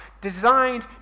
designed